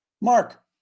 Mark